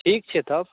ठीक छै तब